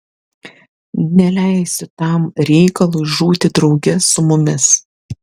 neleisiu tam reikalui žūti drauge su mumis